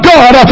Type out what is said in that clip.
God